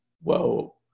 whoa